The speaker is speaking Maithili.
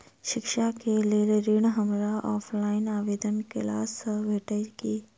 शिक्षा केँ लेल ऋण, हमरा ऑफलाइन आवेदन कैला सँ भेटतय की?